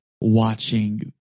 watching